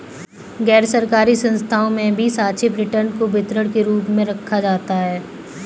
गैरसरकारी संस्थाओं में भी सापेक्ष रिटर्न को वितरण के रूप में रखा जाता है